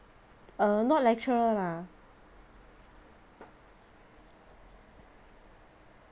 err not lecturer lah